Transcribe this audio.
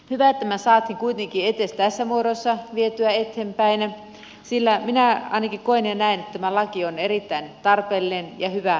hyvä että me saimme tämän kuitenkin edes tässä muodossa vietyä eteenpäin sillä minä ainakin koen ja näen että tämä laki on erittäin tarpeellinen ja hyvä olemassa